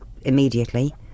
immediately